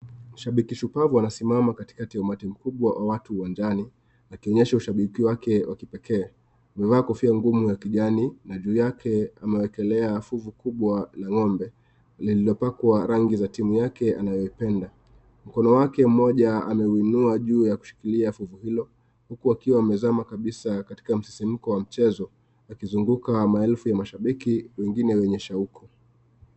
Shabiki shupavu anasimama katika ya umati mkubwa wa watu uwanjani akionyesha ushabiki wake wa kipekee. Amevaa kofia ngumu ya kijani na juu yake amewekelea fuzu kubwa la ng'ombe lilopakwa rangi za timu yake anayoipenda. Mkono wake mmoja anauinua juu na kushikilia fuzu hilo huku akiwa amezama kabisa katika msisimuko wa mchezo akizunguka maelfu wa mashabiki wengine wenye shauku.